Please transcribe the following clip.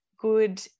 good